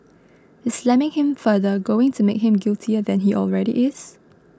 is slamming him further going to make him guiltier than he already is